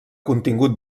contingut